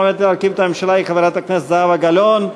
המועמדת להרכיב את הממשלה היא חברת הכנסת זהבה גלאון.